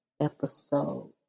episode